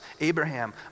Abraham